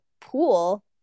pool